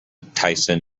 tyson